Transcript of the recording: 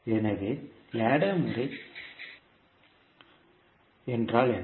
எனவே லேடர்முறை என்றால் என்ன